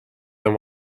than